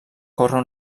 córrer